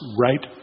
right